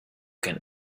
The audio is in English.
can